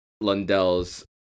Lundell's